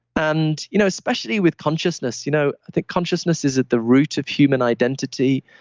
and you know especially with consciousness. you know i think consciousness is at the root of human identity.